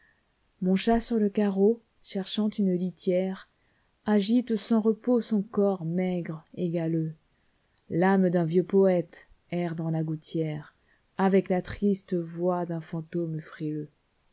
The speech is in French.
mon chat sur le carreau cherchant une litiè reagite sans repos son corps maigre et galeux l âme d'un vieux poëte erre dans la gouttièreavec la triste voix d'un fantôme frileux